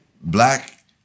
black